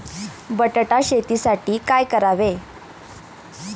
बटाटा शेतीसाठी काय करावे?